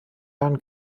jahren